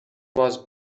was